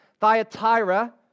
Thyatira